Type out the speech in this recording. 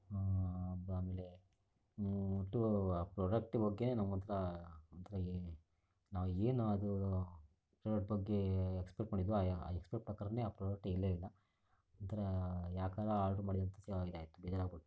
ಆಮೇಲೆ ಪ್ರಾಡಕ್ಟ್ ನಂಗೊಂಥರ ನಾವು ಏನು ಅದು ಅದರ ಬಗ್ಗೆ ಎಸ್ಪೆಕ್ಟ್ ಮಾಡಿದ್ದೆವೋ ಆ ಎಸ್ಪೆಕ್ಟ್ ಪ್ರಕಾರನೆ ಆ ಪ್ರಾಡಕ್ಟ್ ಇಲ್ಲವೇ ಇಲ್ಲ ಒಂಥರ ಯಾಕಾದ್ರು ಆಡ್ರ್ ಮಾಡಿದೆ ಅಂತ ಒಂಥರ ಬೇಜಾರಾಗಿ ಬಿಡ್ತು